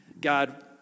God